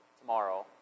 tomorrow